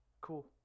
cool